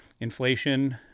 inflation